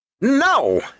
No